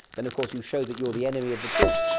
then of course you show that you're the enemy of the troops.